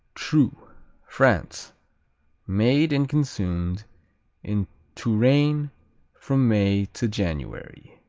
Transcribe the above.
troo france made and consumed in touraine from may to january.